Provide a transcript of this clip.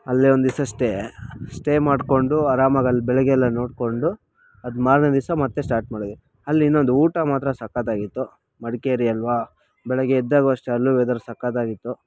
ಅಲ್ಲೇ ಒಂದು ದಿವಸ ಸ್ಟೇ ಸ್ಟೇ ಮಾಡ್ಕೊಂಡು ಆರಾಮಾಗಿ ಅಲ್ಲಿ ಬೆಳಗ್ಗೆ ಎಲ್ಲ ನೋಡ್ಕೊಂಡು ಅದು ಮಾರನೇ ದಿವಸ ಮತ್ತೆ ಸ್ಟಾರ್ಟ್ ಮಾಡಿದ್ವಿ ಅಲ್ಲಿ ಇನ್ನೊಂದು ಊಟ ಮಾತ್ರ ಸಕ್ಕತ್ತಾಗಿತ್ತು ಮಡಿಕೇರಿಯಲ್ವಾ ಬೆಳಗ್ಗೆ ಎದ್ದಾಗ ಅಷ್ಟೇ ಅಲ್ಲೂ ವೆದರ್ ಸಕ್ಕತ್ತಾಗಿತ್ತು